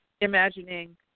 imagining